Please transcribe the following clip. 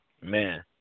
Man